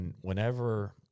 whenever